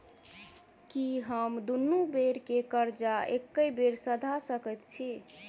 की हम दुनू बेर केँ कर्जा एके बेर सधा सकैत छी?